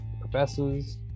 professors